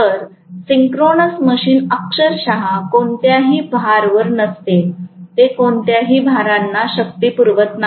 तर synchronous machine अक्षरशः कोणत्याही भार वर नसते ते कोणत्याही भारांना शक्ती पुरवित नाही